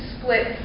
split